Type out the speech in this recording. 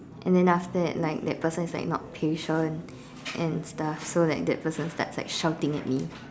and then after that like that person is like not patient and stuff so like that person starts like shouting at me